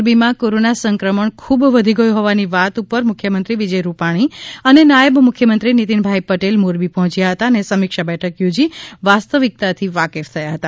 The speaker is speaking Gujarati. મોરબીમાં કોરોના સંક્રમણ ખૂબ વધી ગયું હોવાની વાત ઉપર મુખ્યમંત્રી વિજય રૂપાણી અને નાયબ મુખ્યમંત્રી નિતિનભાઈ પટેલ મોરબી પહોંચ્યા હતા અને સમિક્ષા બેઠક થોજી વાસ્તવિક્તાથી વાકેફ થયા હતા